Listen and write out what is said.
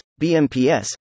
BMPS